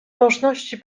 możności